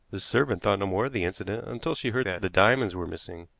the servant thought no more of the incident until she heard that the diamonds were missing.